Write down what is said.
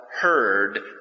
heard